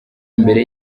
imbere